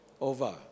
over